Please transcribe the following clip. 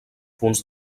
punts